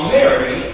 Mary